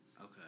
Okay